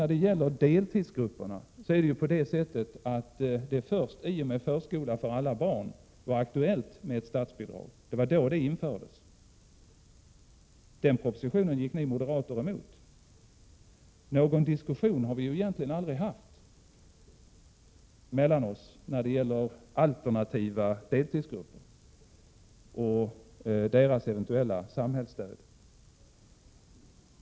Vad gäller deltidsgrupper var det först i och med att förskola för alla barn infördes som det blev aktuellt med statsbidrag. Propositionen härom gick ni moderater emot. Någon diskussion har vi egentligen aldrig haft mellan oss när det gäller alternativa deltidsgrupper och deras eventuella samhällsstöd.